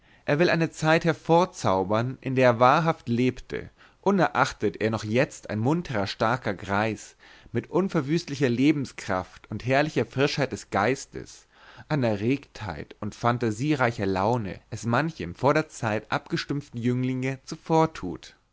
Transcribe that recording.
er will eine zeit hervorzaubern in der er wahrhaft lebte unerachtet er noch jetzt ein munterer starker greis mit unverwüstlicher lebenskraft und herrlicher frischheit des geistes an erregbarkeit und fantasiereicher laune es manchem vor der zeit abgestumpften jünglinge zuvortut